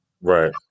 Right